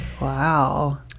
Wow